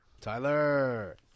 Tyler